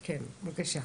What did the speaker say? כן, בבקשה.